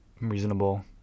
reasonable